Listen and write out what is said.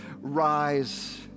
rise